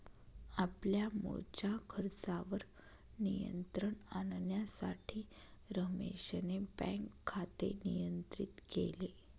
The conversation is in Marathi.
आपल्या मुळच्या खर्चावर नियंत्रण आणण्यासाठी रमेशने बँक खाते नियंत्रित केले